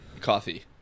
coffee